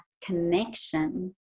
connection